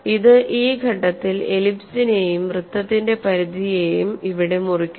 ഇത് ഈ ഘട്ടത്തിൽ എലിപ്സിനെയും വൃത്തത്തിന്റെ പരിധിയെയും ഇവിടേ മുറിക്കുന്നു